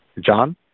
John